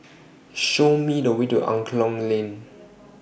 Show Me The Way to Angklong Lane